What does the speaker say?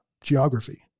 geography